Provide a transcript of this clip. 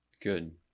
Good